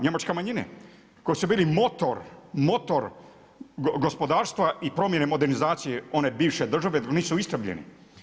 Njemačke manjine koje su bile motor gospodarstva i promjene modernizacije one bivše države, da nisu istrebljeni.